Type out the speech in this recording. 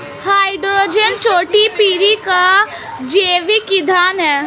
hydrogen चौथी पीढ़ी का जैविक ईंधन है